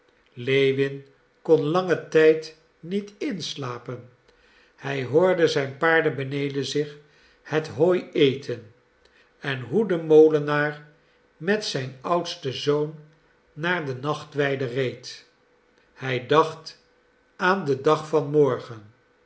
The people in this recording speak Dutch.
lewin kon langen tijd niet inslapen hij hoorde zijn paarden beneden zich het hooi eten en hoe de molenaar met zijn oudsten zoon naar de nachtweide reed hij dacht aan den dag van morgen